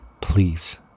Please